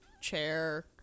Chair